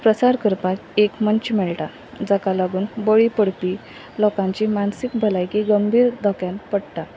प्रसार करपाक एक मंच मेळटा जाका लागून बळी पडपी लोकांची मानसीक भलायकी गंभीर धोक्यान पडटा